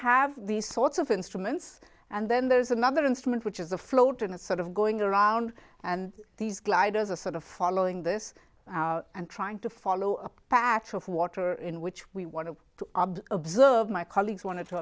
have these sorts of instruments and then there's another instrument which is a float in a sort of going around and these gliders are sort of following this and trying to follow a patch of water in which we want to observe my colleagues want to